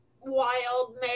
wild